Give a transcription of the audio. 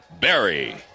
Barry